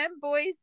boys